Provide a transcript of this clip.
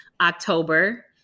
October